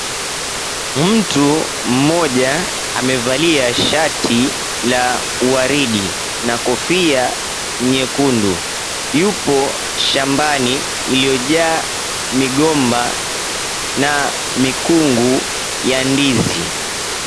Mtu mmoja amevalia shati la waridi na kofia nyekundu, yupo shambani iliyojaa migomba na mikungu ya ndizi.